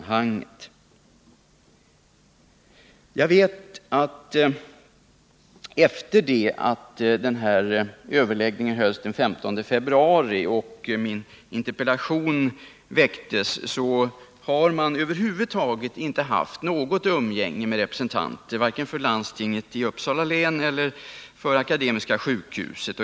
Jag vet att man, efter det att den här överläggningen hölls den 15 februari och min interpellation framställdes, över huvud taget inte haft något umgänge med representanter för vare sig landstinget i Uppsala län eller Akademiska sjukhuset.